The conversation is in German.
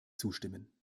zustimmen